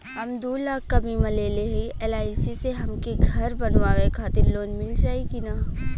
हम दूलाख क बीमा लेले हई एल.आई.सी से हमके घर बनवावे खातिर लोन मिल जाई कि ना?